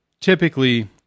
typically